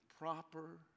Proper